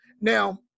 now